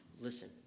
Listen